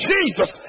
Jesus